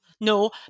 No